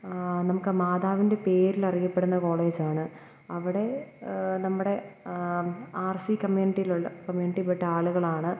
നമുക്കാ മാതാവിൻ്റെ പേരിലറിയപ്പെടുന്ന കോളേജാണ് അവിടെ നമ്മുടെ ആർ സി കമ്മ്യൂണിറ്റിയിലുള്ള കമ്മ്യൂണിറ്റിയിൽപ്പെട്ട ആളുകളാണ്